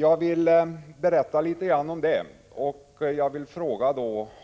Jag vill berätta litet grand om saken och fråga